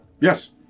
Yes